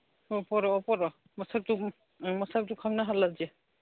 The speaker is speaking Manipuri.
ꯑꯣ ꯄꯣꯔꯛꯑꯣ ꯄꯣꯔꯛꯑꯣ ꯃꯁꯝꯁꯨ ꯃꯁꯛꯁꯨ ꯈꯪꯅꯍꯜꯂꯁꯦ